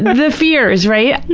the fear is, right? yeah.